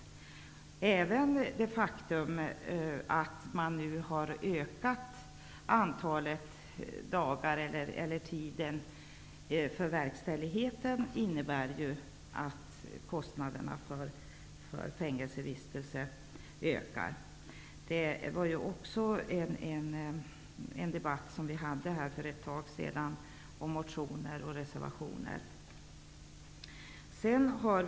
Trots det faktum att man nu har utökat tiden för verkställigheten innebär det att kostnaderna för fängelsevistelse ökar. Vi hade också tidigare en debatt om motioner och reservationer i frågan.